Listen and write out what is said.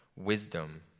Wisdom